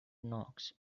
knox